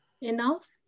enough